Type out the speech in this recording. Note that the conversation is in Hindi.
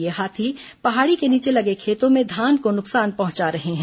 ये हाथी पहाड़ी के नीचे लगे खेतों में धान को नुकसान पहुंचा रहे हैं